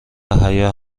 حیا